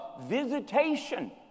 visitation